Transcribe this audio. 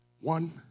One